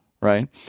right